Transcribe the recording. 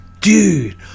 dude